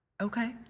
okay